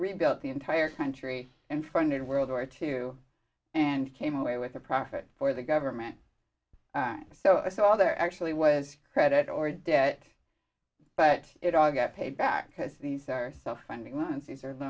rebuilt the entire country and funded world war two and came away with a profit for the government so it's all there actually was credit or debt but it all got paid back because these are self funding runs these are